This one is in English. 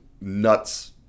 nuts